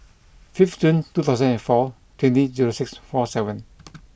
fifth Jun two thousand and four twenty zero six four seven